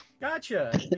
Gotcha